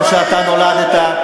איפה שאתה נולדת,